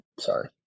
Sorry